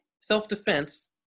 Self-defense